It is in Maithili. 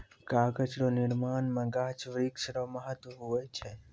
कागज रो निर्माण मे गाछ वृक्ष रो महत्ब हुवै छै